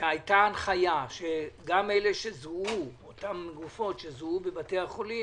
שהייתה הנחיה שגם הגופות שזוהו בבתי החולים